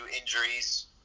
injuries